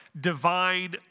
divine